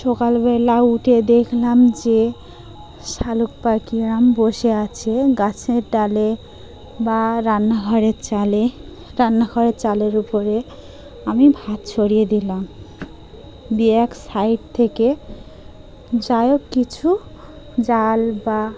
সকালবেলা উঠে দেখলাম যে শালিক পাখি এরম বসে আছে গাছের ডালে বা রান্নাঘরের চালে রান্নাঘরের চালের উপরে আমি ভাত ছড়িয়ে দিলাম দিয়ে এক সাইড থেকে যাই হোক কিছু জাল বা